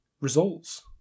results